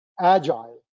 agile